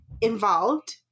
involved